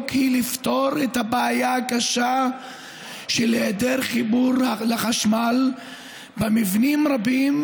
היא לפתור את הבעיה הקשה של היעדר חיבור לחשמל במבנים רבים,